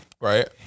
Right